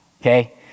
okay